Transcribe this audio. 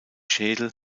schädel